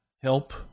help